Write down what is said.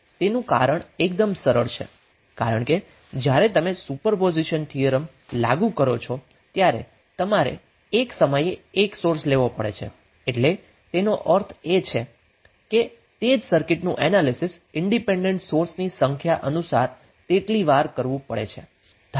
તેનું કારણ એકદમ સરળ છે કારણ કે જ્યારે તમે સુપરપોઝિશન થિયરમ લાગુ કરો છો ત્યારે તમારે એક સમયે એક સોર્સ લેવો પડે છે એટલે તેનો અર્થ એ છે કે તે જ સર્કિટ નું એનાલીસીસ ઇન્ડિપેન્ડન્ટ સોર્સની સંખ્યા અનુસાર તેટલી વાર કરવુ પડે છે